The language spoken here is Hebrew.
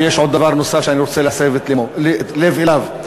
יש עוד דבר נוסף שאני רוצה להסב את תשומת הלב אליו.